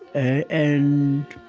ah and,